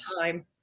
time